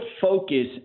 focus